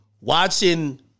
watching